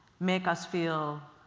make us feel